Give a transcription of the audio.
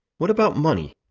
what about money,